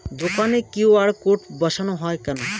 দোকানে QR code বসানো হয় কেন?